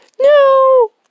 No